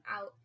out